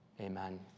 Amen